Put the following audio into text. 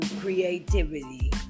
creativity